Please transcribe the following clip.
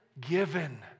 given